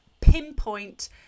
pinpoint